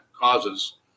causes